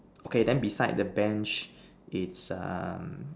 okay then beside the Bench it's um